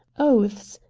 oaths,